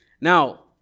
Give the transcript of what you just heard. Now